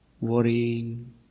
worrying